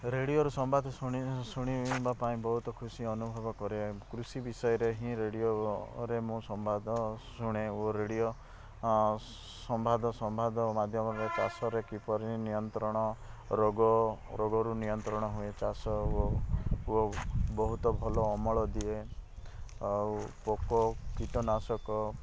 ରେଡ଼ିଓରୁ ସମ୍ବାଦ ଶୁଣି ଶୁଣିବା ପାଇଁ ବହୁତ ଖୁସି ଅନୁଭବ କରେ କୃଷି ବିଷୟରେ ହିଁ ରେଡ଼ିଓ ରେ ମୁଁ ସମ୍ବାଦ ଶୁଣେ ଓ ରେଡ଼ିଓ ସମ୍ବାଦ ସମ୍ବାଦ ମାଧ୍ୟମରେ ଚାଷରେ କିପରି ନିୟନ୍ତ୍ରଣ ରୋଗ ରୋଗରୁ ନିୟନ୍ତ୍ରଣ ହୁଏ ଚାଷ ଓ ବହୁତ ଭଲ ଅମଳ ଦିଏ ଆଉ ପୋକ କୀଟନାଶକ